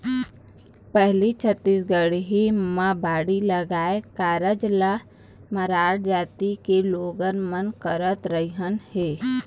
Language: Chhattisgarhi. पहिली छत्तीसगढ़ म बाड़ी लगाए कारज ल मरार जाति के लोगन मन करत रिहिन हे